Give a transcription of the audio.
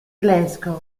glasgow